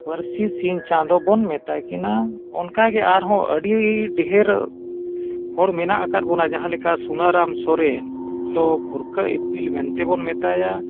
ᱯᱟᱹᱨᱥᱤ ᱥᱤᱧ ᱪᱟᱸᱫᱳ ᱵᱚᱱ ᱢᱮᱛᱟ ᱠᱤᱱᱟᱹ ᱚᱱᱠᱟᱜᱮ ᱟᱨᱦᱚᱸ ᱟᱹᱰᱤ ᱰᱷᱮᱨ ᱦᱚᱲ ᱢᱮᱱᱟᱜ ᱟᱠᱟᱫ ᱵᱚᱱᱟ ᱡᱟᱦᱟᱸ ᱞᱮᱠᱟ ᱥᱩᱱᱟᱨᱟᱢ ᱥᱚᱨᱮᱱ ᱫᱚ ᱵᱷᱩᱨᱠᱟᱹ ᱤᱯᱤᱞ ᱢᱮᱱᱛᱮ ᱵᱚᱱ ᱢᱮᱛᱟᱭᱟ